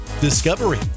Discovery